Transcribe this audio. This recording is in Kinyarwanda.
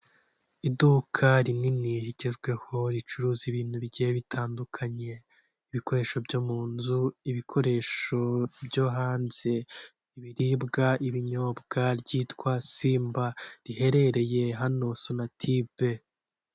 Abantu benshi bari mu nyubako harimo abakozi bacuruza amafunguro ndetse n'ibyo kunywa hakaba hari n'umuntu uhagarariye emutiyene ari kumwe n'umukiriya ari ku mubwira serivisi zigiye zitandukanye za emutiyene n'akamaro zigufitiye .